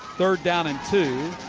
third down and two.